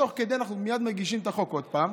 תוך כדי, אנחנו מייד מגישים את החוק עוד פעם,